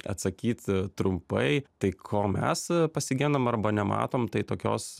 atsakyt trumpai tai ko mes pasigendam arba nematom tai tokios